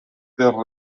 del